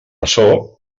açò